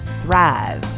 thrive